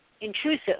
intrusive